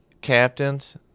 captains